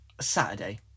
Saturday